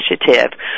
initiative